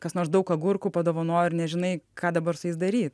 kas nors daug agurkų padovanojo ir nežinai ką dabar su jais daryt